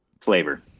Flavor